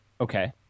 Okay